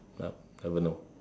well never know